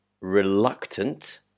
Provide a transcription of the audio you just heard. reluctant